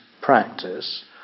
practice